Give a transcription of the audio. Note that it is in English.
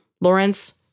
Lawrence